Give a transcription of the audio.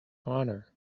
honor